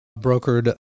brokered